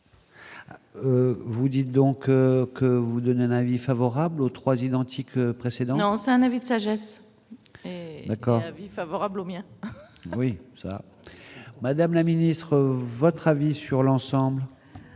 Vous dites donc que vous donnez un avis favorable aux trois identique précédent. Lancé un avis de sagesse corps vie favorable au miens. Oui, ça, madame la ministre, votre avis sur l'ensemble.